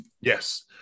Yes